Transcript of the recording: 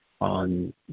on